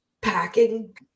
packing